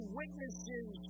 witnesses